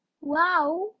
wow